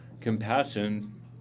compassion